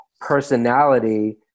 personality